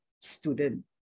student